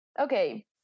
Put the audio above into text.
Okay